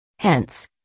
Hence